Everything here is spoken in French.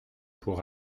pour